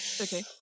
Okay